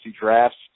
drafts